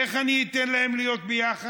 איך אני אתן להם להיות ביחד?